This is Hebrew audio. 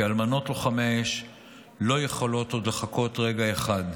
כי אלמנות לוחמי האש לא יכולות עוד לחכות רגע אחד.